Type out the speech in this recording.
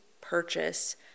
purchase